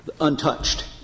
untouched